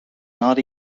not